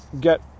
get